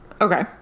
Okay